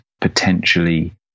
Potentially